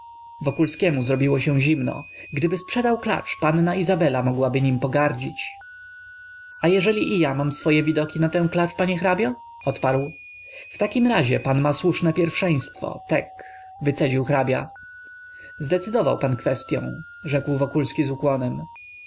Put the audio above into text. rubli wokulskiemu zrobiło się zimno gdyby sprzedał klacz panna izabela mogłaby nim pogardzić a jeżeli i ja mam moje widoki na tę klacz panie hrabio odparł w takim razie pan ma słuszne pierwszeństwo tek wycedził hrabia zdecydował pan kwestyą rzekł wokulski z ukłonem